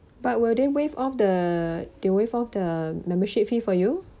but will they wave off the the wave off the membership fee for you